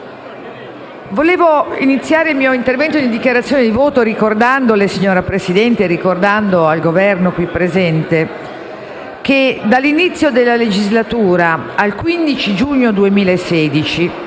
Vorrei iniziare il mio intervento in dichiarazione di voto ricordando alla Presidente e al rappresentante del Governo qui presente che, dall'inizio della legislatura al 15 giugno 2016,